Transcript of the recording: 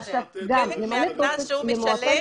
חלק מהקנס שאותו אדם משלם,